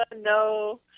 No